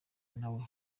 nawe